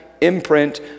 imprint